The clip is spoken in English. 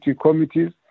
committees